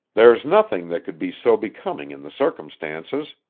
there's nothing that could be so becoming in the circumstances.